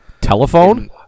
telephone